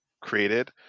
created